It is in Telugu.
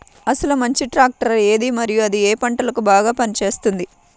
అసలు మంచి ట్రాక్టర్ ఏది మరియు అది ఏ ఏ పంటలకు బాగా పని చేస్తుంది?